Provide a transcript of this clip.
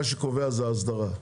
מה שקובע זה ההסדרה.